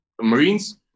Marines